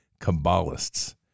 Kabbalists